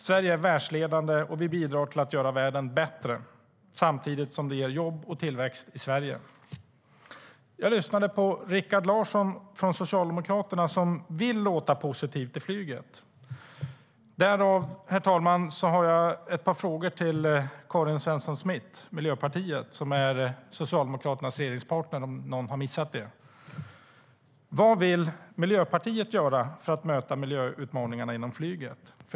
Sverige är världsledande, och vi bidrar till att göra världen bättre samtidigt som det ger jobb och tillväxt i Sverige.Vad vill Miljöpartiet göra för att möta miljöutmaningarna inom flyget?